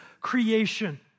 creation